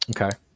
Okay